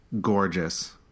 Gorgeous